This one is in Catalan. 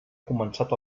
començat